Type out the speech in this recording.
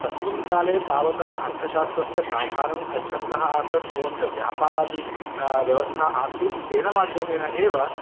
तस्मिन् काले तावता अर्थसास्त्रस्य प्राधानं यच्छन्तः आसन् एवं च व्यापारादि व्यवस्था आसीत् तेन माध्यमेन एव